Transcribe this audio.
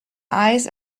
eyes